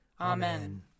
Amen